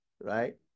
right